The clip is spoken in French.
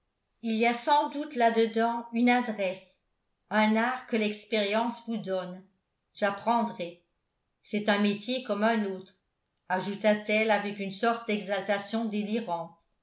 il y a sans doute là-dedans une adresse un art que l'expérience vous donne j'apprendrai c'est un métier comme un autre ajouta-t-elle avec une sorte d'exaltation délirante